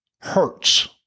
hurts